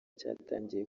cyatangiye